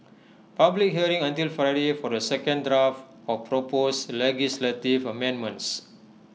public hearing until Friday for the second draft of proposed legislative amendments